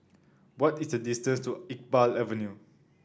what is the distance to Iqbal Avenue